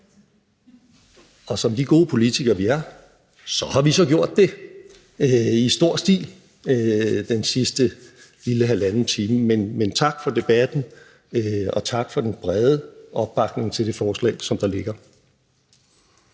Og som de gode politikere, vi er, så har vi så gjort det i stor stil den sidste lille halvanden time. Men tak for debatten, og tak for den brede opbakning til det forslag, som der ligger